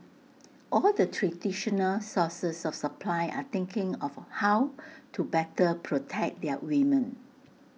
all the traditional sources of supply are thinking of how to better protect their women